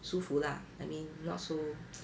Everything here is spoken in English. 舒服 lah I mean not so